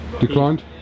Declined